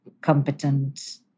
competent